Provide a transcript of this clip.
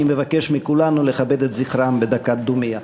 אני מבקש מכולנו לכבד את זכרם בדקת דומייה.